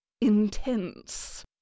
intense